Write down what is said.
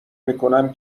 میکنم